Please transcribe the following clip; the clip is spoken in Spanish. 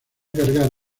cargar